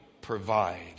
provide